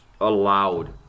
allowed